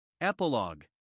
Epilogue